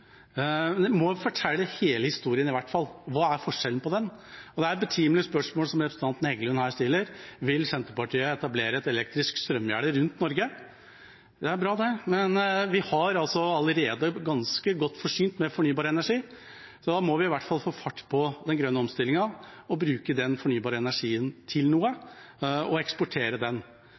i hvert fall fortelle hele historien. Hva er forskjellen på dem? Det er et betimelig spørsmål representanten Heggelund her stiller. Vil Senterpartiet etablere et elektrisk strømgjerde rundt Norge? Det er bra, det, men vi er allerede ganske godt forsynt med fornybar energi. Da må vi i hvert fall få fart på den grønne omstillingen og bruke den fornybare energien til noe, og eksportere den.